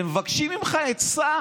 ומבקשים ממך עצה.